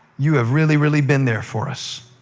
you have really, really been there for us.